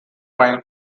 final